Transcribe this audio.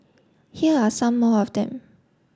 here are some more of them